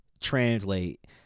translate –